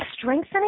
strengthening